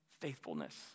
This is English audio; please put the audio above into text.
faithfulness